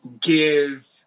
give